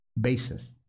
basis